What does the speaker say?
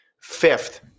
fifth